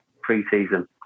pre-season